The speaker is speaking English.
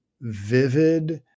vivid